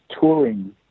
touring